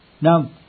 Now